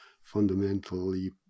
fundamentally